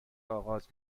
آغاز